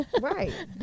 Right